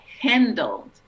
handled